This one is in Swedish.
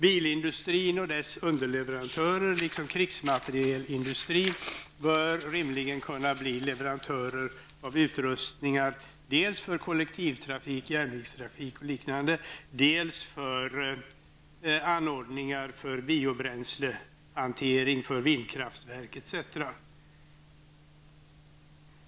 Bilindustrin och dess underleverantörer, liksom krigsmaterielindustrin, bör rimligen kunna bli leverantörer av utrustningar för dels kollektivtrafik, järnvägstrafik och liknande, dels anordningar för biobränslehantering och vindkraftverk etc.